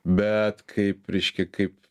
bet kaip reiškia kaip